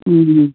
ꯎꯝ